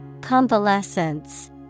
Convalescence